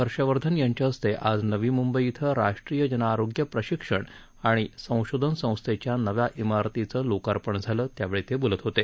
हर्षवर्धन यांच्या हस्ते आज नवी मुंबई इथं राष्ट्रीय जनआरोग्य प्रशिक्षण आणि संशोधन संस्थेच्या नव्या इमारतीचं लोकार्पण झालं त्यावेळी ते बोलत होते